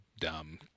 dumb